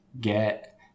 get